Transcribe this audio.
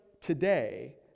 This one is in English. today